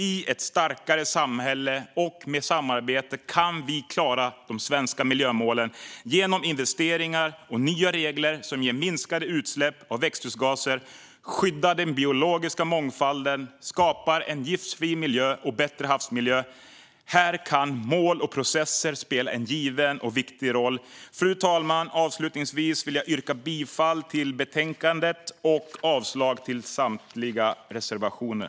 I ett starkare samhälle och med samarbete kan vi klara de svenska miljömålen genom investeringar och nya regler som ger minskade utsläpp av växthusgaser, skyddar den biologiska mångfalden och skapar en giftfri miljö och en bättre havsmiljö. Här kan mål och processer spela en given och viktig roll. Fru talman! Avslutningsvis vill jag yrka bifall till utskottets förslag och avslag på samtliga reservationer.